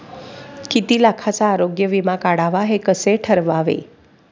किती लाखाचा आरोग्य विमा काढावा हे कसे ठरवावे?